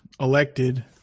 elected